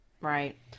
Right